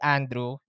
Andrew